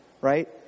Right